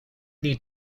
need